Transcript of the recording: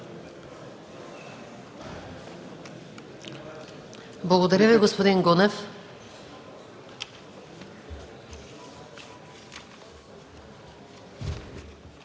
Благодаря Ви, господин Гунев.